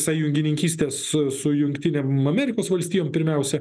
sąjungininkystės su jungtinėm amerikos valstijom pirmiausia